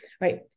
right